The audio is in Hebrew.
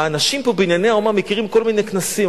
האנשים פה ב"בנייני האומה" מכירים כל מיני כנסים.